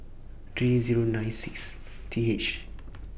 three Zero nine six T H